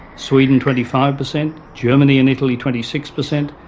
sweden twenty five percent, germany and italy twenty six percent,